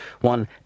One